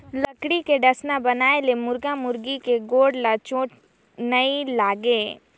लकरी के डसना बनाए ले मुरगा मुरगी के गोड़ ल चोट नइ लागे